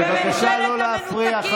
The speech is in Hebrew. בבקשה לא להפריע.